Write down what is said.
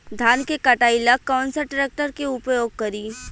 धान के कटाई ला कौन सा ट्रैक्टर के उपयोग करी?